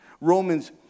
Romans